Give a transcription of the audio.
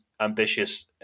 ambitious